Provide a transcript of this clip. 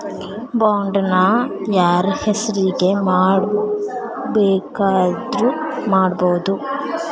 Bond ನ ಯಾರ್ಹೆಸ್ರಿಗ್ ಬೆಕಾದ್ರುಮಾಡ್ಬೊದು?